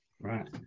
Right